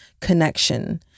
connection